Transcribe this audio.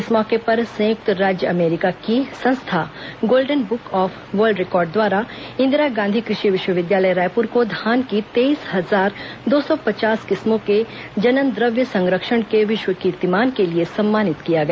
इस मौके पर संयुक्त राज्य अमेरिका की संस्था golden break of world record द्वारा इंदिरा गांधी कृषि विश्वविद्यालय रायपुर को धान की तेईस हजार दो सौ पचास किस्मों के जननद्रव्य संरक्षण के विश्व कीर्तिमान के लिए सम्मानित किया गया